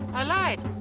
i lied.